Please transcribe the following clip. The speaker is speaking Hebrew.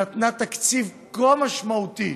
שנתנה תקציב כה משמעותי